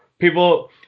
people